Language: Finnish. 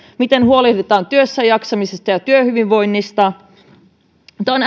miten huolehditaan työssäjaksamisesta ja työhyvinvoinnista tämä on